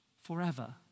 forever